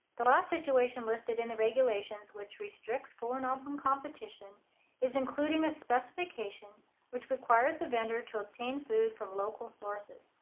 the last situation listed in the regulations which restricts full and um open competition is including a specification which requires the vendor to obtain food from local sources.